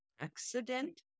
accident